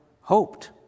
hoped